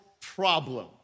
problem